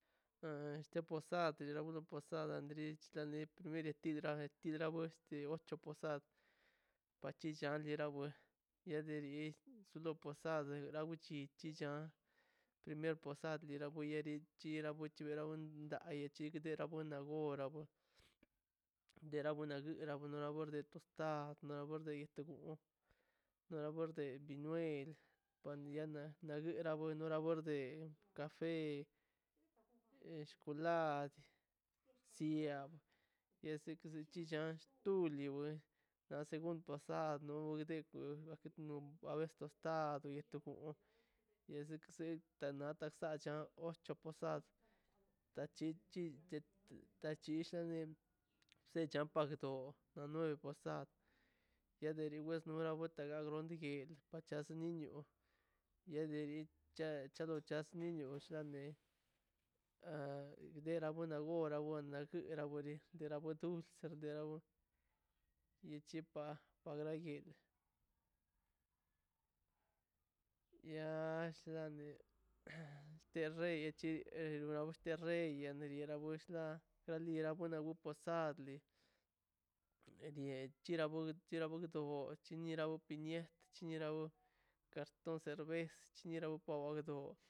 Este ra posada tirati tirabo sti ocho posad pachida bora we tera wi chisi primer posad ni la koro ghuichid (uintelligible)gonda gora no da tostad na yetgoo na lo nie de pinuel pinuena bera noe la mor de café shikulat sian lose que sicha tulibo na segun posad tostad posad tachichidte tachidene secha pakdo la nueve posad ka deri no des tarun det despachos niño no dex ni chase niño chase were dena goon do ira wore ire wadunx setda urun ichi pa oria guien yas sede sete re ichi esto ni oste rei riando rena ostea posadli ie chira gon chira gonto bo chiniera opinie chiniera osteka cerves o sera ognie bakdo'